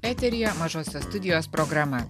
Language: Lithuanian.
eteryje mažosios studijos programa